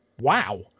wow